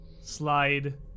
slide